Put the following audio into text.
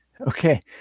Okay